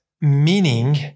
meaning